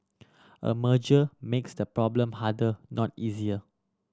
a merger makes the problem harder not easier